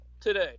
today